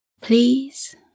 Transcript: Please